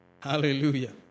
Hallelujah